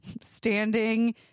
standing